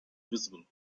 visible